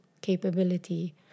capability